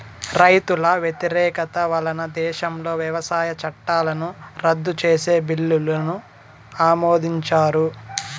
రైతుల వ్యతిరేకత వలన దేశంలో వ్యవసాయ చట్టాలను రద్దు చేసే బిల్లును ఆమోదించారు